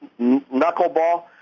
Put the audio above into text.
knuckleball